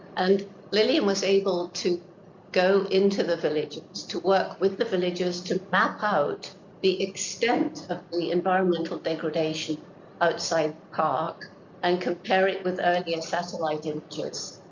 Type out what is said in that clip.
and lillian was able to go into the villages to work with the villages to map out the extent of the environmental degradation outside the park and compare it with earlier satellite images.